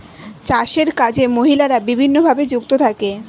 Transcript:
চাষের কাজে মহিলারা বিভিন্নভাবে যুক্ত থাকে